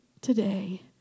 today